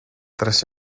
tras